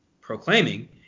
proclaiming